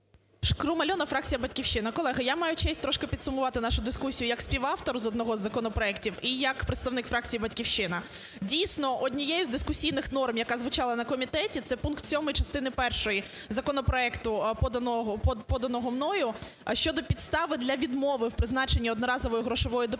ШкрумАльона, фракція "Батьківщина". Колеги, я маю честь троки підсумувати нашу дискусію як співавтор з одного з законопроектів і як представник фракції "Батьківщина". Дійсно, однією з дискусійних норм, яка звучала на комітеті, – це пункт 7-й частини першої законопроекту, поданого мною, щодо підстави для відмови в призначенні одноразової грошової допомоги,